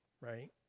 right